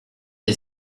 des